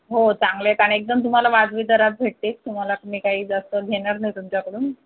हो चांगले आहेत आणि एकदम तुम्हाला वाजवी दरात भेटतील तुम्हाला मी काही जास्त घेणार नाही तुमच्याकडून